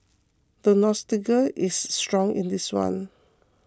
the nostalgia is strong in this one